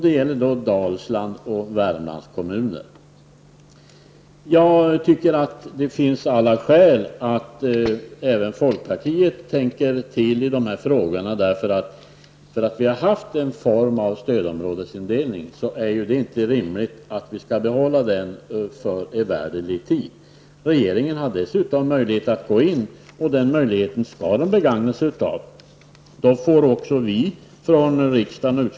Det gäller Dalslands och Värmlands kommuner. Det finns alla skäl att även folkpartisterna tänker efter när det gäller de här frågorna. Även om vi har haft en viss stödområdesindelning, är det inte rimligt att utgå ifrån att den måste behållas för evärdlig tid. Regeringen har dessutom möjlighet att gå in och hjälpa, och den möjligheten skall regeringen också använda sig av när det behövs.